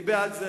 אני בעד זה,